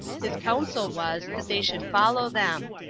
his counsel was, that they should follow them.